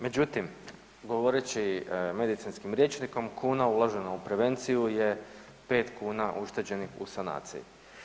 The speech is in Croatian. Međutim, govoreći medicinskim rječnikom, kuna uložena u prevenciju je 5 kuna ušteđenih u sanaciju.